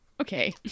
okay